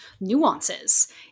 nuances